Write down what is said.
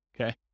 okay